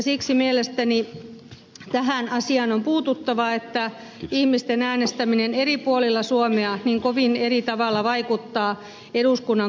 siksi mielestäni tähän asiaan on puututtava että ihmisten äänestäminen eri puolilla suomea niin kovin eri tavalla vaikuttaa eduskunnan kokoonpanoon